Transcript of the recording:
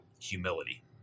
humility